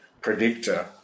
predictor